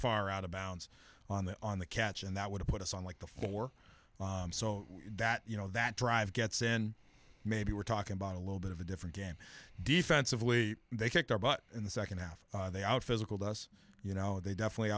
far out of bounds on the on the catch and that would have put us on like the four so that you know that drive gets in maybe we're talking about a little bit of a different game defensively they kicked our butt in the second half they out physical to us you know they definitely